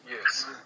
Yes